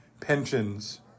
pensions